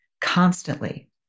constantly